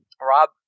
Rob